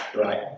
Right